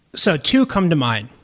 so two come to mind,